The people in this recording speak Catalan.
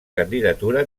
candidatura